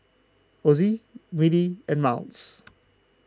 Ozi Mili and Miles